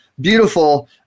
beautiful